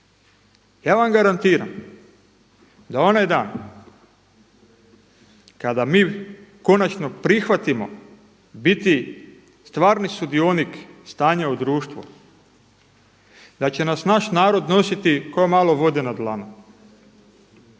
Ja vam garantiram da onaj dan kada mi konačno prihvatimo biti stvarni sudionik stanja u društvu, da će nas naš narod nositi kao malo vode na dlanu.